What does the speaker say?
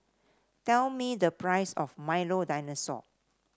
tell me the price of Milo Dinosaur